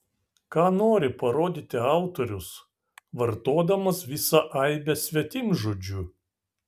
ką nori parodyti autorius vartodamas visą aibę svetimžodžių